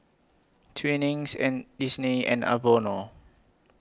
Twinings and Disney and Vono